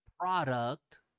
product